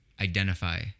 identify